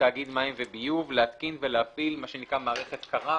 תאגיד מים וביוב להתקין ולהפעיל מערכת קרה,